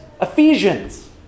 Ephesians